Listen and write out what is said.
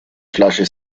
flasche